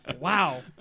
Wow